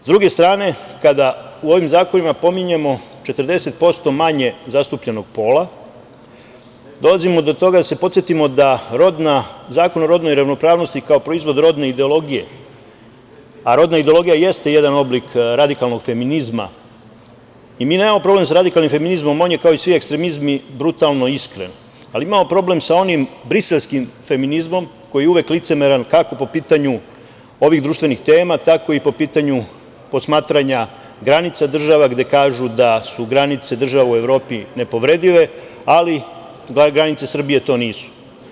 S druge strane, kada u ovim zakonima pominjemo 40% manje zastupljenog pola dolazimo do toga da se podsetimo na Zakon o rodnoj ravnopravnosti kao proizvod rodne ideologije, a rodna ideologija jeste jedan oblik radikalnog feminizma i mi nemamo problem sa radikalnim feminizmom, on je kao i svi ekstremizmi brutalno iskren, ali imamo problem sa onim briselskim feminizmom koji je uvek licemeran kako po pitanju ovih društvenih tema, tako i po pitanju posmatranja granica država, gde kažu da su granice država u Evropi nepovredive, ali granice Srbije to nisu.